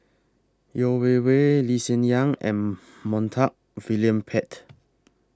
Yeo Wei Wei Lee Hsien Yang and Montague William Pett